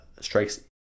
strikes